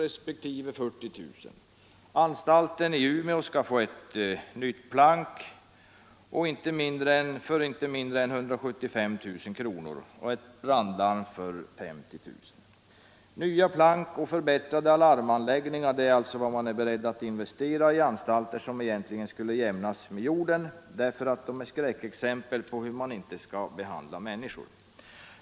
resp. 40 000 kr. Anstalten i Umeå skall dessutom få ett nytt plank för inte mindre än 175 000 kr. och ett brandlarm för 50 000 kr. Nya plank och förbättrade alarmanläggningar är alltså vad man är beredd att investera på anstalter som egentligen skulle jämnas med marken, därför att de är skräckexempel på hur man inte skall behandla människor.